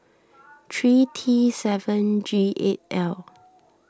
three T seven G eight L